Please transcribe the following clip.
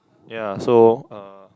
ya so uh